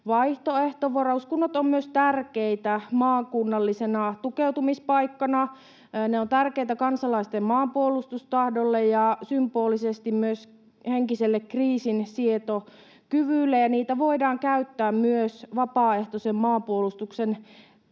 vaihtoehto. Varuskunnat ovat myös tärkeitä maakunnallisena tukeutumispaikkana, ne ovat tärkeitä kansalaisten maanpuolustustahdolle ja symbolisesti myös henkiselle kriisinsietokyvylle, ja niitä voidaan käyttää myös vapaaehtoisen maanpuolustuksen tarpeisiin.